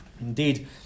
Indeed